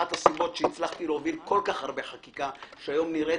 אחת הסיבות שהצלחתי להוביל כל כך הרבה חקיקה שהיום נראית